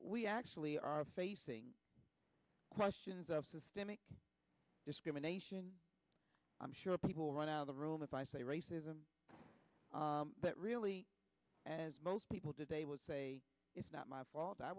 we actually are facing questions of systemic discrimination i'm sure people will run out of the room if i say racism but really as most people today would say it's not my fault i